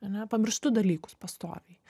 ane pamirštu dalykus pastoviai